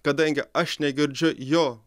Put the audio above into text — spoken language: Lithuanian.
kadangi aš negirdžiu jo